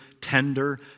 tender